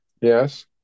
Yes